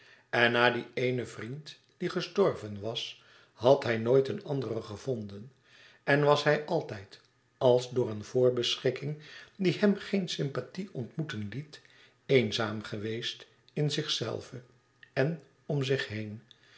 en na dien eenen vriend die gestorven was had hij nooit een anderen gevonden en was hij altijd als door eene voorbeschikking die hem geen sympathie ontmoeten liet eenzaam geweest in zichzelven en om zich heen